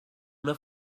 una